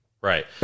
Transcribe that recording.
Right